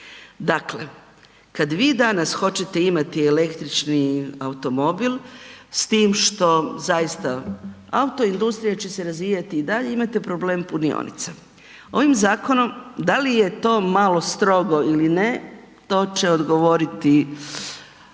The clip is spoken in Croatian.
Dakle, kad vi danas hoćete imati električni automobil, s tim što zaista, autoindustrija će se razvijati i dalje, imate problem punionica. Ovim zakonom, da li je to malo strogo ili ne, to će odgovoriti